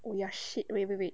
oh ya shit wait wait wait